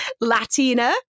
Latina